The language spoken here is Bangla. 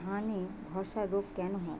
ধানে ধসা রোগ কেন হয়?